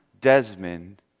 Desmond